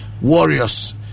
Warriors